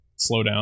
slowdown